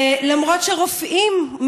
למרות שרופאים,